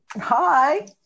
Hi